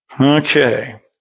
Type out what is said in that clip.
Okay